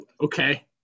okay